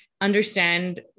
understand